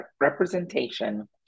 representation